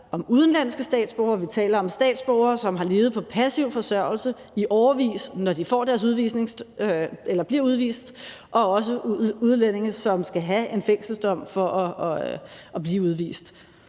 her om udenlandske statsborgere, altså, vi taler om statsborgere, som har levet på passiv forsørgelse i årevis, når de bliver udvist, og også om udlændinge, som skal have en fængselsdom for at blive udvist.